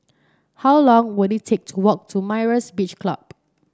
how long will it take to walk to Myra's Beach Club